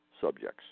subjects